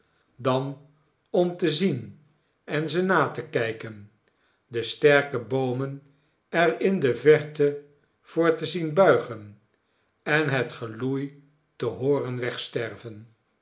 dan om te zien enze na te kijken de sterke boomen er in de verte voor te zien buigen en het geloei te hooren wegsterven